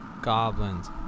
goblins